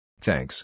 Thanks